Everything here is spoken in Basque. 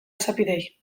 esapideei